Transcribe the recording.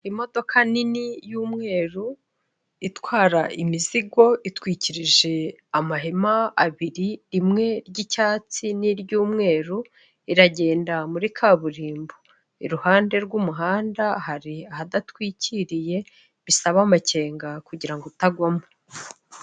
Imodoka nini y'umweru itwara imizigo itwikirije amahema abiri rimwe ry'icyatsi n'iry'umweru iragenda muri kaburimbo, iruhande rw'umuhanda hari ahadatwikiriye bisaba amakenga kugira ngo utagwamo.